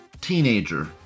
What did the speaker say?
teenager